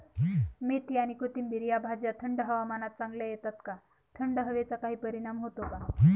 मेथी आणि कोथिंबिर या भाज्या थंड हवामानात चांगल्या येतात का? थंड हवेचा काही परिणाम होतो का?